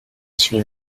suis